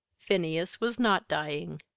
phineas was not dying,